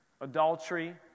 adultery